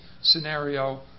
scenario